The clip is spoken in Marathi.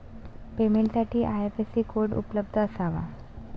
पेमेंटसाठी आई.एफ.एस.सी कोड उपलब्ध असावा